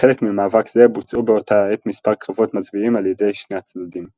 כחלק ממאבק זה בוצעו באותה העת מספר קרבות מזוויעים על ידי שני הצדדים.